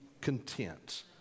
content